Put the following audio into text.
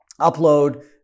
upload